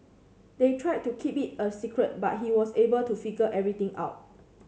they tried to keep it a secret but he was able to figure everything out